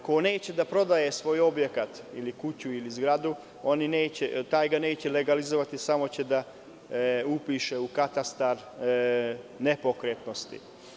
Ko neće da prodaje svoj objekat, kuću ili zgradu, taj ga neće legalizovati, samo će da upiše u katastar nepokretnosti.